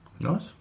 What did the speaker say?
Nice